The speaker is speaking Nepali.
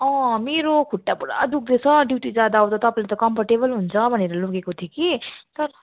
मेरो खुट्टा पुरा दुख्दैछ ड्युटी जाँदा आउँदा तपाईँले त कम्फर्टेबल हुन्छ भनेर लगेको थिएँ कि त